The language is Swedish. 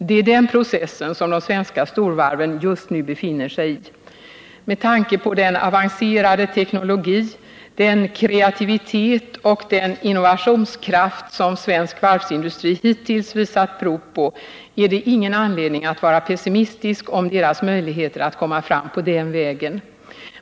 Det är den processen som de svenska storvarven just nu befinner sig i. Med tanke på den avancerade teknologi, den kreativitet och den innovationskraft som svensk varvsindustri hittills visat prov på är det ingen anledning att vara pessimistisk om deras möjligheter att komma fram på den vägen.